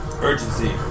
Urgency